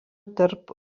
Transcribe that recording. tarp